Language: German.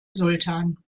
sultan